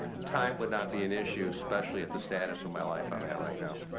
time would not be an issue, especially at the status of my life i'm at right now.